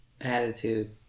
Attitude